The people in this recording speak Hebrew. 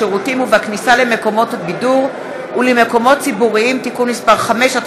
בשירותים ובכניסה למקומות בידור ולמקומות ציבוריים (תיקון מס' 5),